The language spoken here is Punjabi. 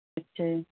ਅੱਛਾ ਜੀ